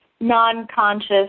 non-conscious